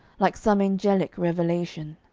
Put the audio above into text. like some angelic revelation.